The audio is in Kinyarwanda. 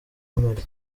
mali